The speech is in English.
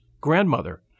grandmother